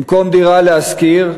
במקום דירה להשכיר,